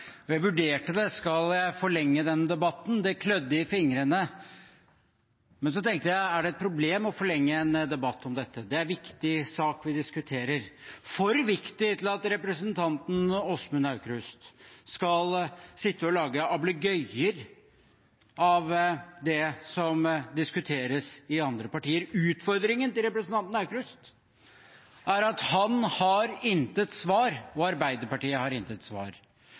om jeg skulle forlenge denne debatten – det klødde i fingrene – men så tenkte jeg: Er det et problem å forlenge en debatt om dette? Det er en viktig sak vi diskuterer, for viktig til at representanten Åsmund Aukrust skal sitte og lage ablegøyer av det som diskuteres i andre partier. Utfordringen for representanten Aukrust er at han har intet svar, og Arbeiderpartiet har intet svar,